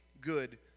good